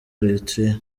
eritrea